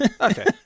Okay